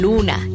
Luna